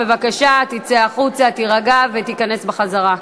בבקשה, תצא החוצה, תירגע ותיכנס בחזרה.